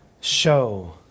show